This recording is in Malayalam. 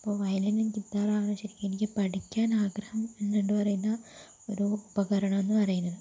ഇപ്പോൾ വയലിനും ഗിത്താറുമാണ് ശരിക്കും എനിക്ക് പഠിക്കാൻ ആഗ്രഹം എന്നുണ്ട് എന്ന് പറയുന്ന ഒരു ഉപകരണം എന്ന് പറയുന്നത്